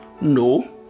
No